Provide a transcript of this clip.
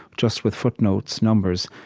just with footnotes, numbers.